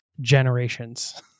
generations